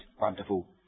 wonderful